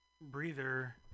breather